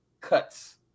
cuts